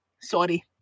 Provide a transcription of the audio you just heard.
Sorry